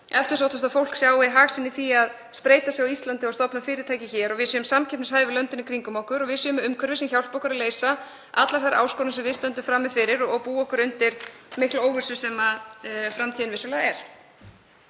eftirsóttasta fólk sjái hag sinn í því að spreyta sig á Íslandi og stofna fyrirtæki hér og við séum samkeppnishæf við löndin í kringum okkur og séum með umhverfi sem hjálpar okkur að leysa allar þær áskoranir sem við stöndum frammi fyrir og búa okkur undir mikla óvissu sem framtíðin vissulega er.